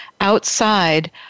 outside